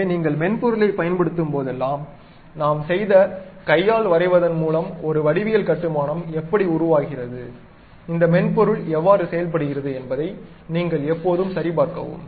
எனவே நீங்கள் மென்பொருளைப் பயன்படுத்தும் போதெல்லாம் நாம் செய்த கையால் வரைவதன் மூலம் ஒரு வடிவியல் கட்டுமானம் எப்படி உருவாகிறது இந்த மென்பொருள் எவ்வாறு செயல்படுகிறது என்பதை நீங்கள் எப்போதும் சரிபார்க்கவும்